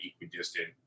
equidistant